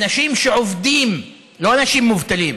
אנשים שעובדים, לא אנשים מובטלים,